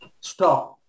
stop